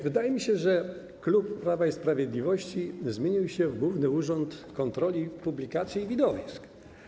Wydaje mi się, że klub Prawa i Sprawiedliwości zmienił się w główny urząd kontroli publikacji i widowisk.